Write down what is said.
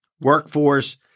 Workforce